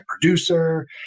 producer